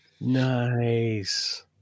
Nice